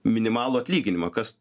minimalų atlyginimą kas